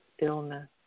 illness